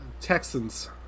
Texans